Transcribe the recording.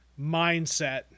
mindset